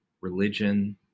religion